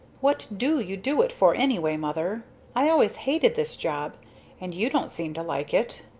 what do you do it for anyway, mother i always hated this job and you don't seem to like it.